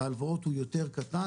בהלוואות הוא יותר קטן,